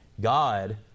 God